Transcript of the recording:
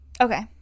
Okay